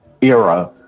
era